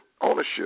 ownership